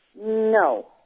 No